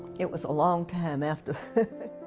it was a long time after.